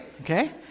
okay